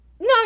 no